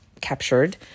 captured